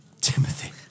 Timothy